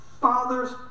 father's